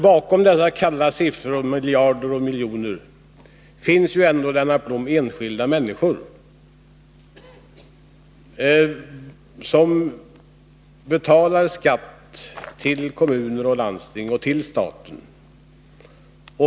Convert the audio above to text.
Bakom dessa kalla siffror — miljarder och miljoner — finns ändå, Lennart Blom, enskilda människor, som betalar skatt till kommuner och landsting och till staten.